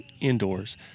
indoors